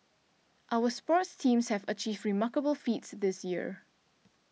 our sports teams have achieved remarkable feats this year